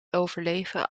overleven